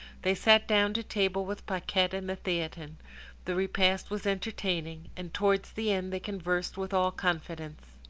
they sat down to table with paquette and the theatin the repast was entertaining and towards the end they conversed with all confidence.